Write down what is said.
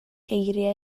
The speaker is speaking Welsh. geiriau